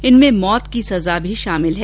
इनमें मौत की सजा भी शामिल है